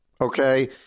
okay